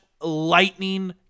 lightning